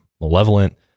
malevolent